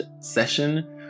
session